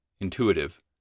intuitive